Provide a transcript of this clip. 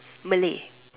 Malay